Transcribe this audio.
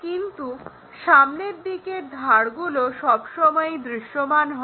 কিন্তু সামনের দিকের ধারগুলো সবসময়ই দৃশ্যমান হয়